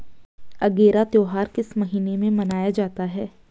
अगेरा त्योहार किस महीने में मनाया जाता है?